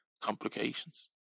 complications